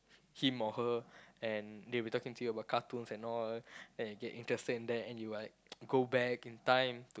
him or her and they were talking to you about cartoons and all and you get interested in that and you like go back in time to